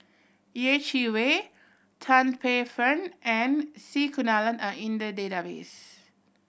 Yeh Chi Wei Tan Paey Fern and C Kunalan are in the database